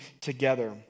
together